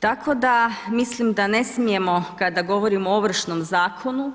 Tako da mislim da ne smijemo kada govorimo o Ovršnom zakonu